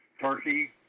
Turkey